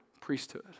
priesthood